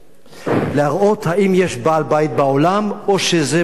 להראות האם יש בעל-בית בעולם או שזה ברדק,